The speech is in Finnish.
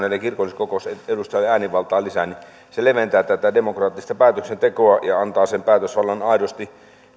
kirkolliskokousedustajille äänivaltaa lisää se leventää tätä demokraattista päätöksentekoa ja antaa sen päätösvallan aidosti